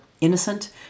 innocent